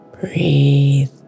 Breathe